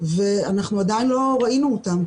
ואנחנו עדיין לא ראינו אותם.